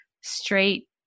straight